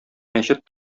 мәчет